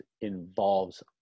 involves